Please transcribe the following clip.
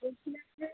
বলছিলাম যে